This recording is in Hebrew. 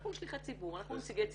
אנחנו שליחי ציבור, אנחנו נציגי ציבור,